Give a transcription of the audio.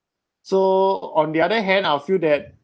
so on the other hand I'll feel that